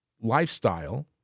lifestyle